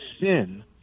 sin